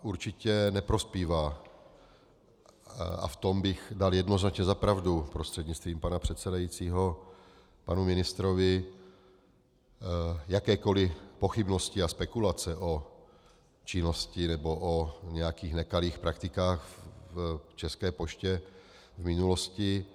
Určitě neprospívají, a v tom bych dal jednoznačně za pravdu prostřednictvím pana předsedajícího panu ministrovi, jakékoliv pochybnosti a spekulace o činnosti nebo nějakých nekalých praktikách v České poště v minulosti.